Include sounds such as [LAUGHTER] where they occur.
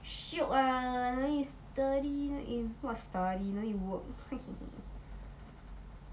shiok ah no need study no n~ what study no need work [NOISE]